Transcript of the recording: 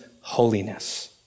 holiness